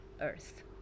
earth